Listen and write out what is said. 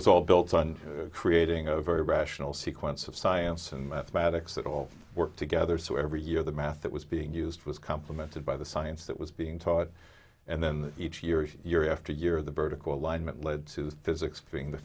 was all built on creating a very rational sequence of science and mathematics that all work together so every year the math that was being used was complemented by the science that was being taught and then each year year after year the vertical alignment led to